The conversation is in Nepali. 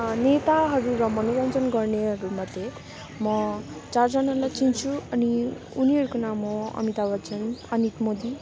नेताहरू र मनोरञ्जन गर्नेहरूमध्ये म चारजनालाई चिन्छु अनि उनीहरूको नाम हो अमिताभ बच्चन अनित मोदी